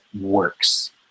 works